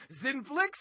zinflix